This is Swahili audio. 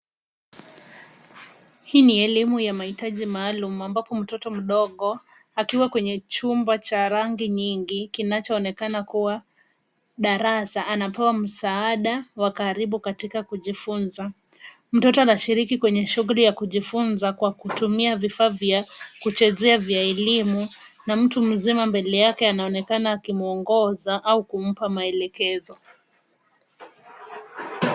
Hii ni elimu ya mahitaji maalum ambapo mtoto mdogo akiwa kwenye chumba cha rangi nyingi kinachoonekana kuwa darasa anapewa msaada wa karibu katika kujifunza. Mtoto anashiriki kwenye shughuli ya kujifunza kwa kutumia vifaa vya kuchezea vya elimu na mtu mzima mbele yake anaonekana akimwongoza au kumpa maelekezo.